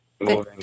moving